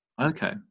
Okay